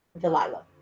delilah